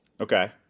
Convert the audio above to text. Okay